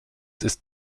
ist